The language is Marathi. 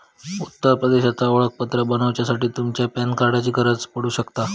उत्तर प्रदेशचा ओळखपत्र बनवच्यासाठी तुमच्या पॅन कार्डाची गरज पडू शकता